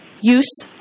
use